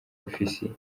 ofisiye